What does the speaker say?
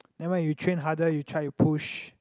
never mind you train harder you try you push